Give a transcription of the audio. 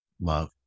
love